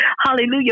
Hallelujah